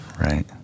Right